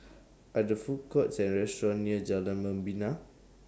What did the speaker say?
Are There Food Courts Or restaurants near Jalan Membina